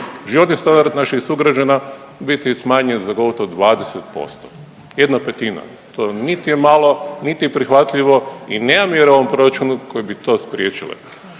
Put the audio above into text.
životni standard naših sugrađana biti smanjen za gotovo 20% jedna petina. To nit je malo, niti prihvatljivo i nema mjera u ovom proračunu koje bi to spriječile.